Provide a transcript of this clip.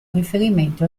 riferimenti